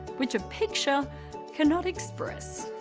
which a picture cannot express.